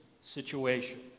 situation